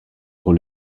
pour